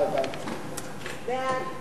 התשע"א